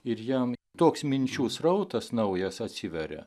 ir jam toks minčių srautas naujas atsiveria